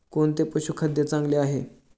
कोणते पशुखाद्य चांगले आहे?